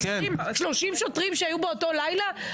20, 30 שוטרים שהיו באותו לילה?